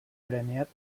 premiat